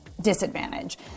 disadvantage